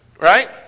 Right